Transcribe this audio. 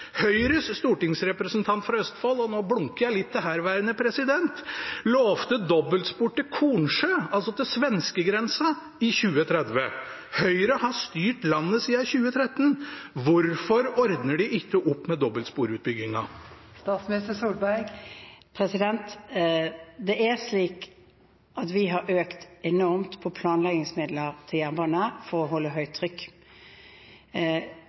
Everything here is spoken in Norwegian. Høyres stortingsrepresentant fra Østfold – og nå blunker jeg litt til herværende president – lovte dobbeltspor til Kornsjø, altså til svenskegrensa i 2030. Høyre har styrt landet siden 2013. Hvorfor ordner en ikke opp med dobbeltsporutbyggingen? Det er slik at vi har økt enormt på planleggingsmidler til jernbanen for å holde